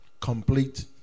complete